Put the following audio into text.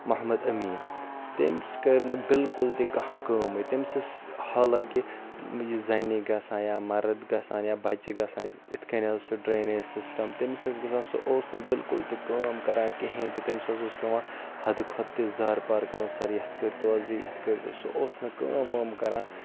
محمد امیٖن تٔمۍ کٔر نہٕ بلکل تہِ کانٛہہ کٲمٕے تٔمِس ٲسۍ حالانکہِ یہِ زَنہِ گژھان یا مَرٕد گژھان یا بَچہِ گژھان یِتھ کٔنۍ حظ چھُ ڈرٛینیج سِسٹَم تٔمِس ٲس گژھان سُہ اوس نہٕ بلکل تہِ کٲم کَران کِہیٖنۍ تہِ تٔمِس حظ اوس پٮ۪وان حَدٕ کھۄتہٕ تہِ زارٕ پار کَرُن سَر یَتھ کٔرۍ تو حظ یہِ یَتھ کٔرۍ تو سُہ اوس نہٕ کٲم وٲم کَران